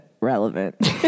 relevant